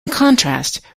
contrast